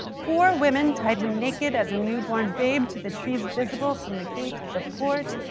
four women tied him naked as a newborn babe to the trees visible from the gate of the fort,